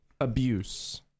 abuse